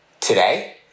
today